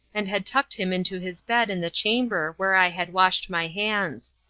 and had tucked him into his bed in the chamber where i had washed my hands.